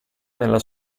nella